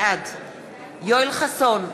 בעד יואל חסון,